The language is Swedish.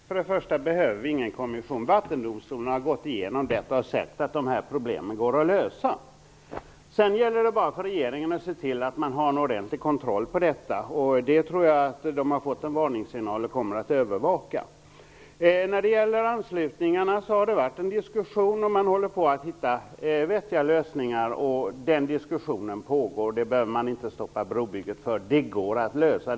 Herr talman! Vi behöver ingen kommission. Vattendomstolen har gått igenom dessa problem och sett att de går att lösa. Sedan gäller det bara för regeringen att se till att man har en ordentlig kontroll. Jag tror att de har fått en varningssignal och kommer att övervaka detta. Det har varit en diskussion om anslutningarna och man håller på att hitta vettiga lösningar. Den diskussionen pågår. Det behöver man inte stoppa brobygget för. Det går att lösa.